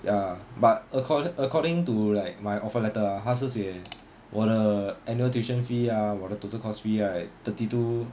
ya but accor~ according to like my offer letter 它是写我的 annual tuition fee ah 我的 the total course fee right thirty-two